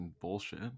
bullshit